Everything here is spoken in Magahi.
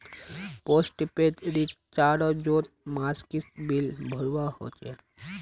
पोस्टपेड रिचार्जोत मासिक बिल भरवा होचे